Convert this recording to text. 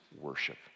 worship